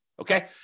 okay